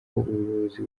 ubuyobozi